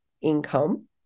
income